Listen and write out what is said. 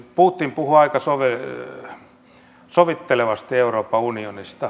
putin puhui aika sovittelevasti euroopan unionista